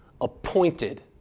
appointed